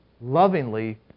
lovingly